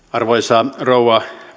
arvoisa rouva